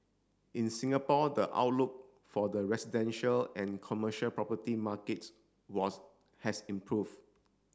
in Singapore the outlook for the residential and commercial property markets was has improve